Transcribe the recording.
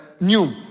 new